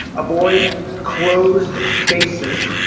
avoid closed spaces,